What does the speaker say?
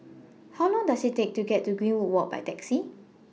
How Long Does IT Take to get to Greenwood Walk By Taxi